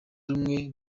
rumwe